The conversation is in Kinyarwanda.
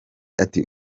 ati